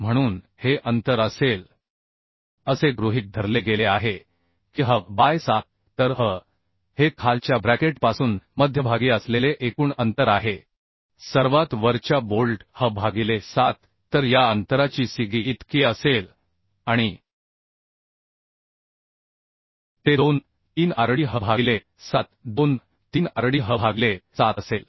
म्हणून हे अंतर असेल असे गृहीत धरले गेले आहे की h बाय 7 तर h हे खालच्या ब्रॅकेटपासून मध्यभागी असलेले एकूण अंतर आहे सर्वात वरच्या बोल्ट h भागिले 7 तर या अंतराची सिगी इतकी असेल आणि ते 23 rd h भागिले 7 23 rd h भागिले 7 असेल